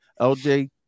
LJ